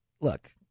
look